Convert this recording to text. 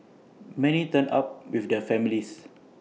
many turned up with their families